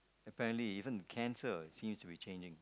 apparently even cancer seems to be changing